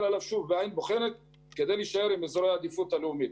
עליו שוב בעין בוחנת כדי להישאר עם אזורי העדיפות הלאומית.